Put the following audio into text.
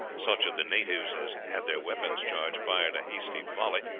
such of the natives as had their weapons charged fired a hasty volley,